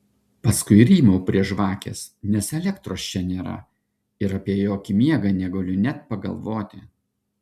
paskui rymau prie žvakės nes elektros čia nėra ir apie jokį miegą negaliu net pagalvoti